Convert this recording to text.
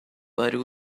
but